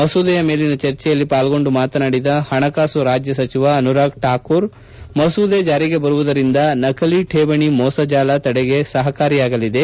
ಮಸೂದೆಯ ಮೇಲಿನ ಚರ್ಚೆಯಲ್ಲಿ ಪಾಲ್ಗೊಂಡು ಮಾತನಾಡಿದ ಹಣಕಾಸು ರಾಜ್ಯ ಸಚಿವ ಅನುರಾಗ್ ಠಾಕೂರ್ ಮಸೂದೆ ಜಾರಿಗೆ ಬರುವುದರಿಂದ ನಕಲಿ ಶೇವಣಿ ಮೋಸಜಾಲ ತಡೆಗೆ ಸಹಕಾರಿಯಾಗಲಿದೆ